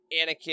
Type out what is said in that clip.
Anakin